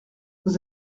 vous